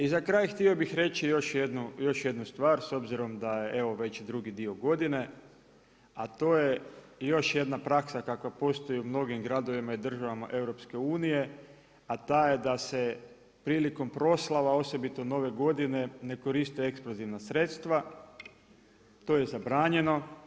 I za kraj, htio bih reći još jednu stvar s obzirom da je evo već drugi dio godine a to je još jedna praksa kakva postoji u mnogim gradovima i državama EU a ta je da se prilikom proslava, osobito nove godine ne koriste eksplozivna sredstva, to je zabranjeno.